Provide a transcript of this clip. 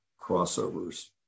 crossovers